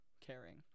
caring